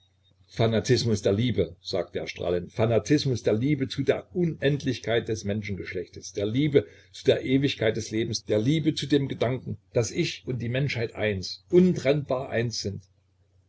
fanatismus der liebe sagte er strahlend fanatismus der liebe zu der unendlichkeit des menschengeschlechtes der liebe zu der ewigkeit des lebens der liebe zu dem gedanken daß ich und die menschheit eins untrennbar eins sind